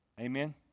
Amen